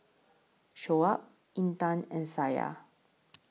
Shoaib Intan and Syah